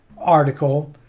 article